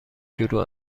شروع